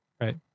Right